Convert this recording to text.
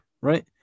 right